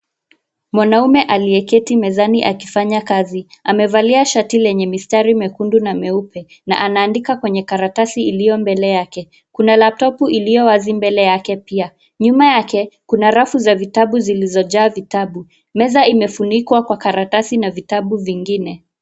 Mwanaume aliyeketi mezani akifanya kazi. Amevalia shati lenye mistari mekundu na meupe na anaandika kwenye karatasi iliyo mbele yake. Kuna laptop iliyo wazi mbele yake pia. Nyuma yake, kuna rafu za vitabu zilizojaa vitabu. Meza imefunikwa kwa karatasi na vitabu vingine.